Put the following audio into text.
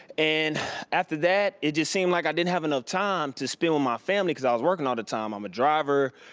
and after that it just seemed like i didn't have enough time to spend with my family cause i was workin all the time, i'm a driver,